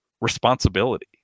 responsibility